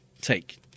take